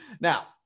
Now